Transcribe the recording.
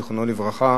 זיכרונו לברכה,